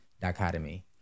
dichotomy